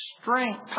Strength